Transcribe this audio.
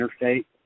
interstate